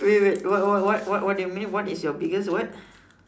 wait wait wait what what what what did you mean what is your biggest what